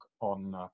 on